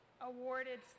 awarded